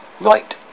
right